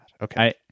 Okay